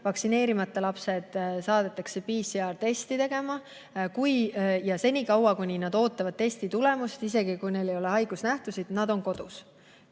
vaktsineerimata lapsed saadetakse PCR-testi tegema. Ja senikaua, kuni nad ootavad testi tulemust, isegi kui neil ei ole haigusnähtusid, nad on kodus.